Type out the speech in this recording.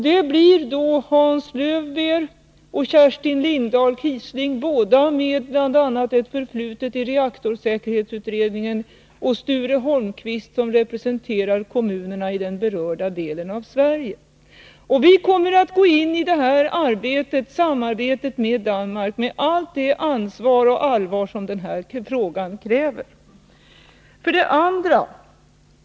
Det blir Hans Löwbeer och Kerstin Lindahl Kiessling, båda med ett förflutet i bl.a. reaktorsäkerhetsutredningen, samt Sture Holmqvist, som representerar kommunerna i den berörda delen av Sverige. Vi kommer att gå in i det här samarbetet med Danmark med allt det ansvar och allvar som frågan kräver.